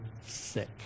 sick